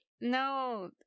no